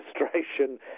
administration